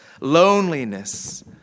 loneliness